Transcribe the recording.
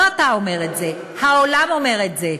לא אתה אומר את זה, העולם אומר את זה.